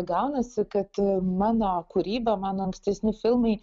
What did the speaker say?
gaunasi kad mano kūryba mano ankstesni filmai